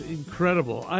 incredible